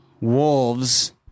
wolves